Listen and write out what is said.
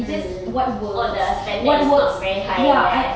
mm oh the standards is not very high there